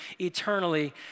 eternally